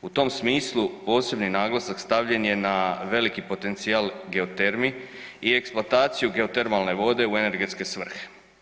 U tom smislu, posebni naglasak stavljen je na veliki potencijal geotermi i eksploataciju geotermalne vode u energetske svrhe.